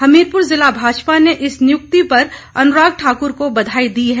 हमीरपुर जिला भाजपा ने इस नियुक्ति पर अनुराग ठाकुर को बधाई दी है